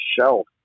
shelf